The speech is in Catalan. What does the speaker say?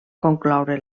concloure